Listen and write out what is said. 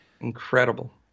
incredible